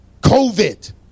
COVID